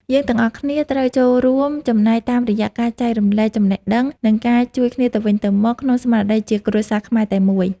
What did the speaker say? យើងទាំងអស់គ្នាត្រូវចូលរួមចំណែកតាមរយៈការចែករំលែកចំណេះដឹង និងការជួយគ្នាទៅវិញទៅមកក្នុងស្មារតីជាគ្រួសារខ្មែរតែមួយ។